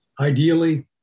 Ideally